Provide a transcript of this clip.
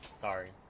Sorry